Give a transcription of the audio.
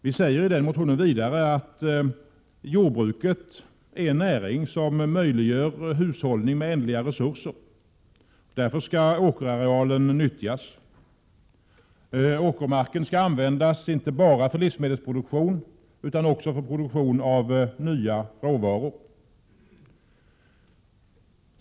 Vi säger vidare i motionen att jordbruket är en näring som möjliggör hushållning med ändliga resurser och att åkerarealen därför skall nyttjas. Åkermarken skall användas inte bara för livsmedelsproduktion utan också för produktion av nya råvaror.